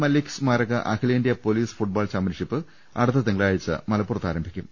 മല്ലിക് സ്മാരക അഖിലേന്ത്യാ police football championship അടുത്ത തിങ്കളാഴ്ച്ച മലപ്പുറത്ത് ആരംഭിക്കും